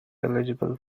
eligible